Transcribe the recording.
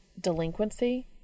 delinquency